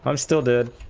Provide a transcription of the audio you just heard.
um still did